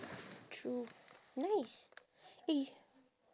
true nice eh